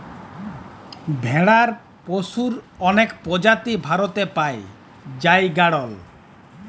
ভেড়ার পশুর অলেক প্রজাতি ভারতে পাই জাই গাড়ল